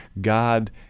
God